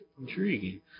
Intriguing